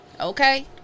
Okay